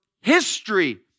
history